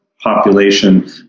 population